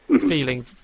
feeling